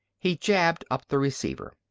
he jabbed up the receiver.